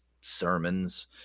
sermons